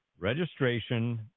Registration